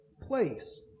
place